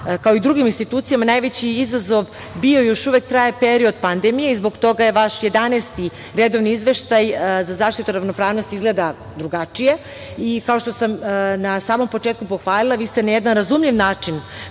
kao i drugim institucijama najveći izazov bio i još uvek traje period pandemije i zbog toga vaš 11. redovni Izveštaj za zaštitu ravnopravnosti izgleda drugačije. Kao što sam na samom početku pohvalila, vi ste na jedan razumljiv način